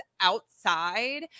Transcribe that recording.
outside